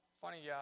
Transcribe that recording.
funny